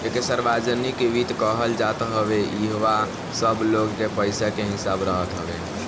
एके सार्वजनिक वित्त कहल जात हवे इहवा सब लोग के पईसा के हिसाब रहत हवे